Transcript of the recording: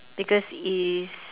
because he's